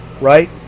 right